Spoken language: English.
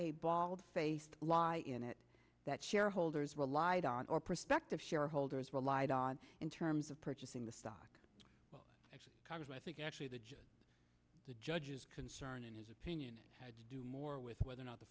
a bald faced lie in it that shareholders relied on or prospective shareholders relied on in terms of purchasing the stock i think actually that the judge's concern in his opinion to do more with whether or not t